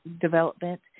development